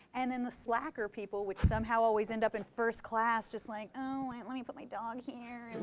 and then the slacker people, which somehow always end up in first class, just like, oh, and let me put my dog here, and